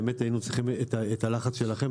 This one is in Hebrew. באמת היינו צריכים את הלחץ שלכם,